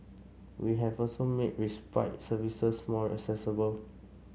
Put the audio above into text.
we have also made respite services more accessible